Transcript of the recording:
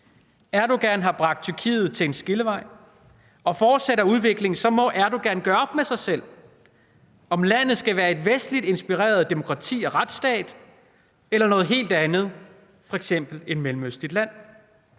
Erdogan har bragt Tyrkiet til en skillevej, og fortsætter udviklingen, må Erdogan gøre op med sig selv, om landet skal være et vestligt inspireret demokrati og retsstat eller noget helt andet, f.eks. et mellemøstligt land.